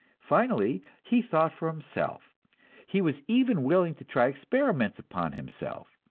finally, he thought for himself he was even willing to try experiments upon himself.